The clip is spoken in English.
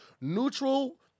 neutral